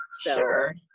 Sure